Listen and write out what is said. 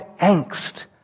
angst